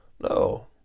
No